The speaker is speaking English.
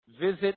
Visit